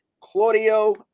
Claudio